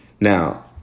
Now